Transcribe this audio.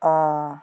অঁ